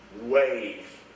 wave